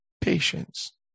patience